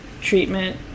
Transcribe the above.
treatment